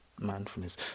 mindfulness